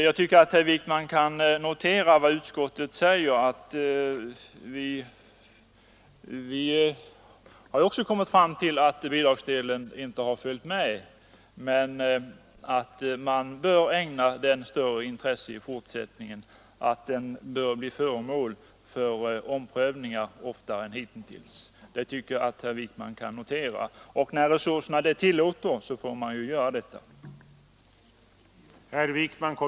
Jag tycker att herr Wijkman skall notera vad utskottet skriver, att man inom utskottet också har kommit fram till att bidragsdelen inte ”följt med”, och att man bör ägna den större intresse i fortsättningen. Bidragsdelen bör bli föremål för omprövningar oftare än hittills. När resurserna det tillåter kommer man också att göra sådana omprövningar — det kan vi vara övertygade om.